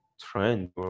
trend